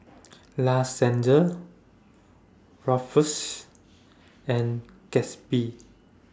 La Senza Ruffles and Gatsby